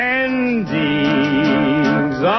endings